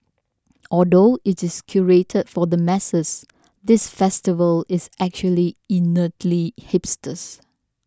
although it is curated for the masses this festival is actually innately hipsters